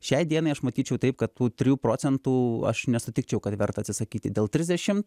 šiai dienai aš matyčiau taip kad tų trijų procentų aš nesutikčiau kad verta atsisakyti dėl trisdešim